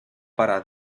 para